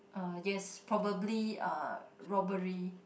uh yes probably uh robbery